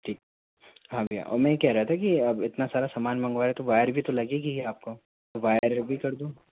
ठीक है हाँ भैया और मैं ये कह रहा था कि अब इतना सारा सामान मंगवाया है तो वायर भी तो लगेगी ही आपको तो वायर भी कर दूँ